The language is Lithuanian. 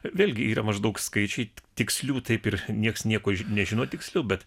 vėlgi yra maždaug skaičiai tikslių taip ir niekas nieko nežino tikslių bet